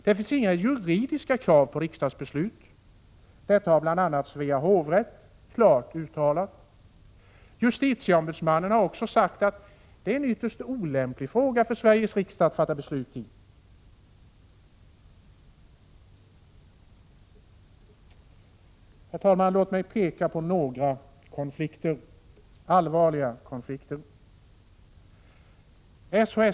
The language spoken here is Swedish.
Det finns inga juridiska krav på riksdagsbeslut. Det har bl.a. Svea hovrätt klart uttalat. Justitieombudsmannen har också sagt att det är en ytterst olämplig fråga för Sveriges riksdag att fatta beslut i. Herr talman! Låt mig peka på några konflikter, allvarliga konflikter. 1.